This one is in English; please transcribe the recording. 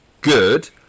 good